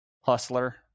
hustler